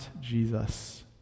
Jesus